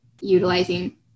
utilizing